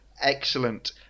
Excellent